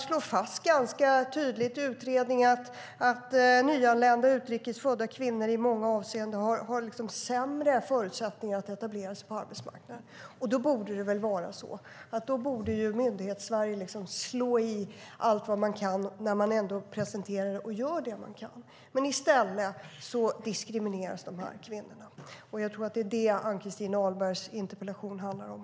Utredningen slår fast att nyanlända utrikes födda kvinnor i många avseenden har sämre förutsättningar att etablera sig på arbetsmarknaden. Då borde väl Myndighetssverige ta i och göra allt man kan, men i stället diskrimineras dessa kvinnor. Jag tror att det är detta Ann-Christin Ahlbergs interpellation handlar om.